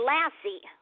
Lassie